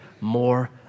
more